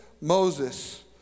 Moses